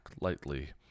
lightly